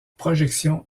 projection